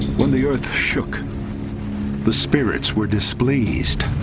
when the earth shook the spirits were displeased